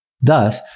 Thus